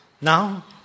Now